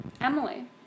Emily